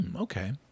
Okay